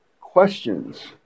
questions